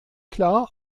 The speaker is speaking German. klar